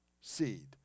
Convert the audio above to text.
seed